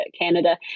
canada